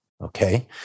okay